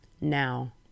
now